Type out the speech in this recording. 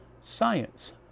science